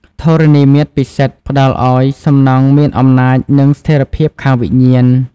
ធរណីមាត្រពិសិដ្ឋ ផ្តល់ឱ្យសំណង់មានអំណាចនិងស្ថិរភាពខាងវិញ្ញាណ។